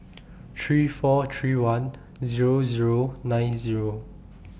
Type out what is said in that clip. three four three one Zero Zero nine Zero